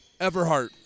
everhart